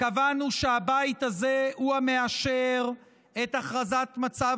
קבענו שהבית הזה הוא המאשר את הכרזת מצב